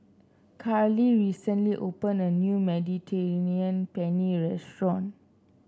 Carly recently opened a new Mediterranean Penne Restaurant